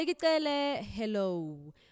hello